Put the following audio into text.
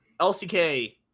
lck